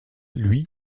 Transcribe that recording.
lui